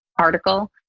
article